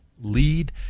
lead